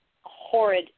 horrid